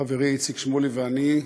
חברי איציק שמולי ואני,